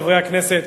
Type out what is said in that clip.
חברי הכנסת,